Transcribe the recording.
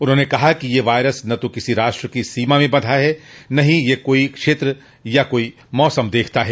उन्होंने कहा कि यह वायरस न ता किसी राष्ट्र की सीमा में बंधा है और न ही यह कोई क्षेत्र या कोई मौसम देखता है